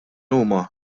huma